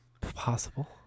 Possible